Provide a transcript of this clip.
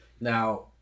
Now